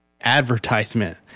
advertisement